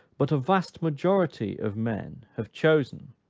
but a vast majority of men have chosen,